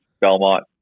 Belmont